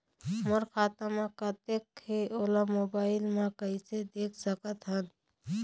मोर खाता म कतेक हे ओला मोबाइल म कइसे देख सकत हन?